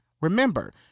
remember